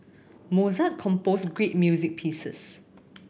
Mozart composed great music pieces